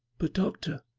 but, doctor,